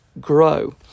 grow